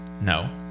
No